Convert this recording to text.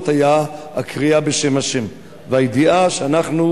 היה הקריאה בשם ה' והידיעה שאנחנו,